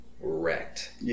wrecked